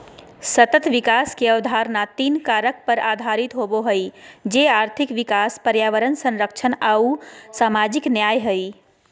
सतत विकास के अवधारणा तीन कारक पर आधारित होबो हइ, जे आर्थिक विकास, पर्यावरण संरक्षण आऊ सामाजिक न्याय हइ